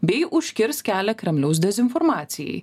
bei užkirs kelią kremliaus dezinformacijai